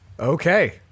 Okay